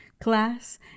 class